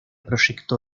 proyecto